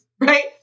right